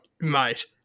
mate